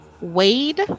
Wade